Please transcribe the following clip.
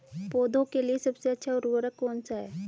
पौधों के लिए सबसे अच्छा उर्वरक कौन सा है?